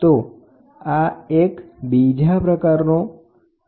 તો આ એક બીજો પ્રકાર છે